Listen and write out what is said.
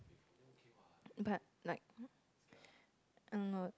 but like no